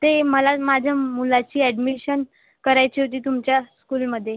ते मला माझ्या मुलाची अॅडमिशन करायची होती तुमच्या स्कूलमध्ये